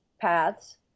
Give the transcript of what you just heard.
paths